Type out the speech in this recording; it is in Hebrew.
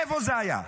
איפה זה היה?